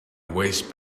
waste